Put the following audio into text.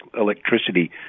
electricity